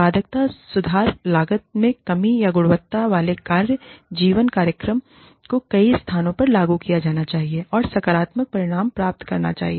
उत्पादकता सुधार लागत में कमी या गुणवत्ता वाले कार्य जीवन कार्यक्रम को कई स्थानों पर लागू किया जाना चाहिए और सकारात्मक परिणाम प्राप्त करना चाहिए